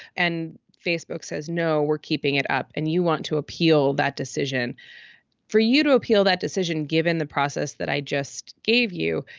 and facebook says, no, we're keeping it up. and you want to appeal that decision for you to appeal that decision, given the process that i just gave you.